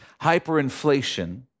hyperinflation